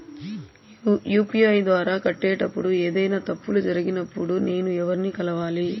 UPI ద్వారా కట్టేటప్పుడు ఏదైనా తప్పులు జరిగినప్పుడు నేను ఎవర్ని కలవాలి?